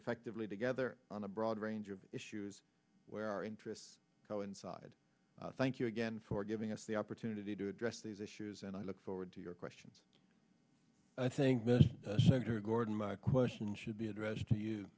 effectively together on a broad range of issues where our interests coincide thank you again for giving us the opportunity to address these issues and i look forward to your questions i think senator gordon my question should be addressed to you